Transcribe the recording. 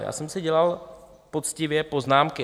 Já jsem si dělal poctivě poznámky.